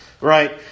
right